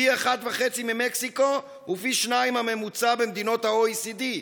פי 1.5 ממקסיקו ופי שניים מהממוצע במדינות ה-OECD.